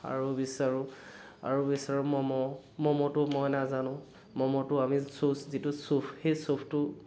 আৰু বিচাৰোঁ আৰু বিচাৰো ম'ম' ম'ম'টো মই নাজানো ম'ম'টো আমি চুচ যিটো চুপ সেই চুপটো